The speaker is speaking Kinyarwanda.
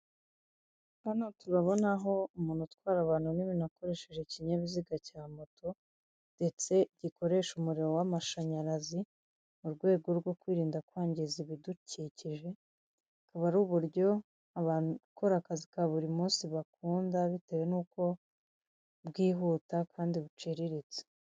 Hano turabonaho umuntu utwara ibintu n'abantu akoresheje ikinyabiziga cya moto, ndetse gikoresha umuriro w'amashanyarazi mu rwego kwirinda kwangiza ibidukikije, bukaba ari uburyo abakora akazi ka buri munsi bakunda bitewe nuko bwihuta kandi buciriritse.